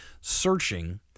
searching